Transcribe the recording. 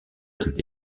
étaient